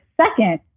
second